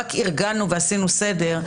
רק ארגנו ועשינו סדר,